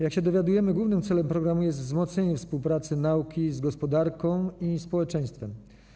Jak się dowiadujemy, głównym celem programu jest wzmocnienie współpracy nauki z gospodarką i społeczeństwem.